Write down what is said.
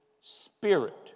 spirit